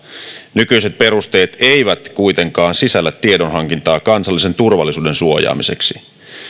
nykyiset perusteet eivät kuitenkaan sisällä tiedonhankintaa kansallisen turvallisuuden suojaamiseksi